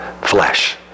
flesh